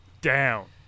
down